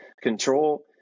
control